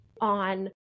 on